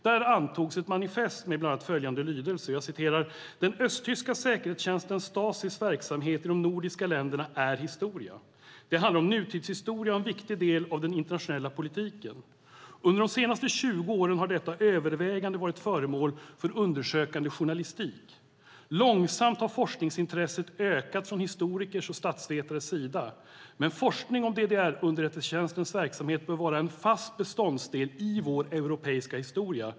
Där antogs ett manifest med bland annat följande lydelse: "Den östtyska säkerhetstjänsten Stasis verksamhet i de nordiska länderna är historia. Det handlar om nutidshistoria och en viktig del av den internationella politiken. Under de senaste 20 åren har detta övervägande varit föremål för undersökande journalistik. Långsamt har forskningsintresset ökat från historikers och statsvetares sida. Men forskning om DDR:s underrättelsetjänsts verksamhet bör vara en fast beståndsdel i vår europeiska historia.